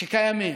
שקיימים.